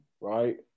right